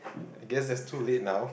I guess that too late now